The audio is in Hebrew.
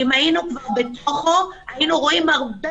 אם היינו כבר בתוכו היינו רואים הרבה